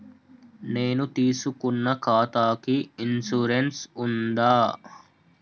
నేను తీసుకున్న ఖాతాకి ఇన్సూరెన్స్ ఉందా?